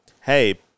hey